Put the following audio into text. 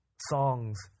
songs